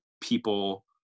people